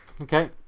okay